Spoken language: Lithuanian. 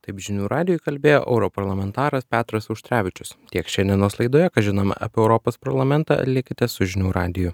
taip žinių radijui kalbėjo europarlamentaras petras auštrevičius tiek šiandienos laidoje ką žinom apie europos parlamentą likite su žinių radiju